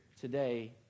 today